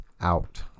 out